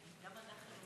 תודה, גברתי.